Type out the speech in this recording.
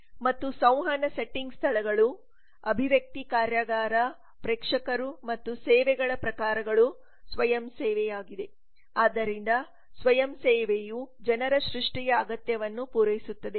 ಮತ್ತು ಸಂವಹನ ಸೆಟ್ಟಿಂಗ್ ಸ್ಥಳಗಳು ಅಭಿವ್ಯಕ್ತಿ ಕಾರ್ಯಾಗಾರ ಪ್ರೇಕ್ಷಕರು ಮತ್ತು ಸೇವೆಗಳ ಪ್ರಕಾರಗಳು ಸ್ವಯಂ ಸೇವೆಯಾಗಿದೆ ಆದ್ದರಿಂದ ಸ್ವಯಂ ಸೇವೆಯು ಜನರ ಸೃಷ್ಟಿಯ ಅಗತ್ಯವನ್ನು ಪೂರೈಸುತ್ತದೆ